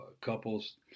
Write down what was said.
couples